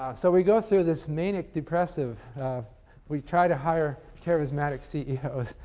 ah so we go through this manic-depressive we try to hire charismatic ceos,